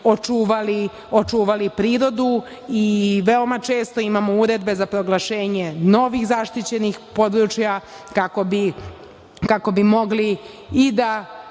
očuvali prirodu. Veoma često imamo uredbe za proglašenje novih zaštićenih područja kako bi mogli i da